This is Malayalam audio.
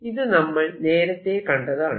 ഇത് നമ്മൾ നേരത്തെ കണ്ടതാണ്